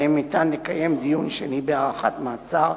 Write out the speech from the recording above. שבהם אפשר לקיים דיון שני בהארכת מעצר,